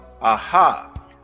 aha